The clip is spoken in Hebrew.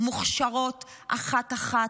מוכשרות אחת-אחת,